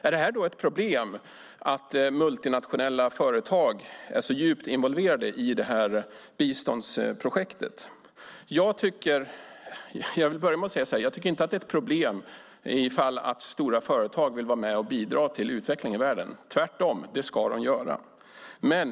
Är det då ett problem att multinationella företag är djupt involverade i detta biståndsprojekt? Jag tycker inte att det är ett problem ifall stora företag vill vara med och bidra till utvecklingen i världen. Tvärtom ska de göra det.